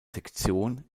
sektion